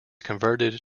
converted